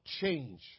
change